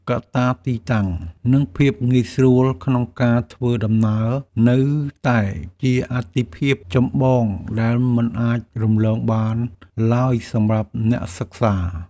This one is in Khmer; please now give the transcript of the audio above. កត្តាទីតាំង និងភាពងាយស្រួលក្នុងការធ្វើដំណើរនៅតែជាអាទិភាពចម្បងដែលមិនអាចរំលងបានឡើយសម្រាប់អ្នកសិក្សា។